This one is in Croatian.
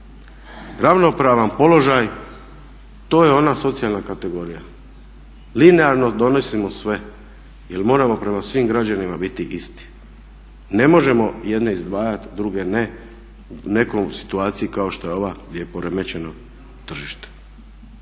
Ravnopravan položaj to je ona socijalna kategorija. Linearno donosimo sve jer moramo prema svim građanima biti isti. Ne možemo jedne izdvajati, druge ne u nekoj situaciji kao što je ova gdje je poremećeno tržište.